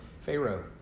Pharaoh